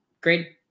great